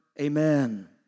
Amen